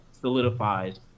solidifies